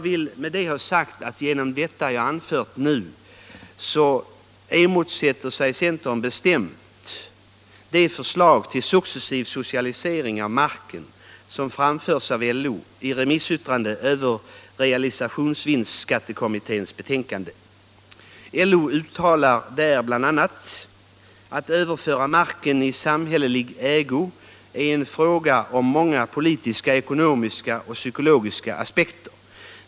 Centern motsätter sig bestämt det förslag till successiv socialisering av marken som framförts av LO i remissyttrande över realisationsvinstskattekommitténs betänkande. LO uttalar där bl.a.: ”Att överföra marken i samhällelig ägo är en fråga om många politiska, ekonomiska och psykologiska aspekter.